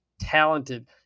talented